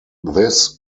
this